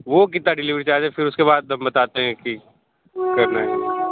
वो कितना delivery charge है फिर उसके बाद हम बताते हैं कि करना है या नहीं